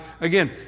again